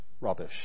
Rubbish